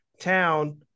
town